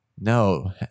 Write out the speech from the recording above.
No